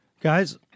Guys